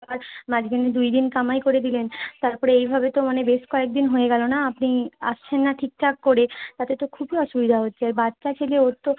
আর মাঝখানে দুই দিন কামাই করে দিলেন তার পরে এইভাবে তো মানে বেশ কয়েকদিন হয়ে গেলো না আপনি আসছেন না ঠিকঠাক করে তাতে তো খুবই অসুবিধা হচ্ছে আর বাচ্চা ছেলে ওর তো